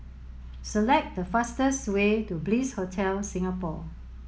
select the fastest way to Bliss Hotel Singapore